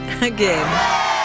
Again